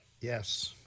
Yes